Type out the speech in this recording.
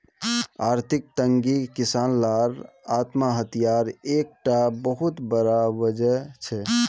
आर्थिक तंगी किसान लार आत्म्हात्यार एक टा बहुत बड़ा वजह छे